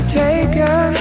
taken